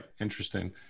interesting